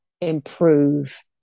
improve